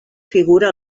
figura